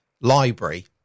library